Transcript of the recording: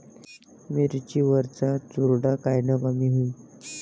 मिरची वरचा चुरडा कायनं कमी होईन?